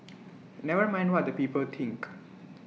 never mind what the people think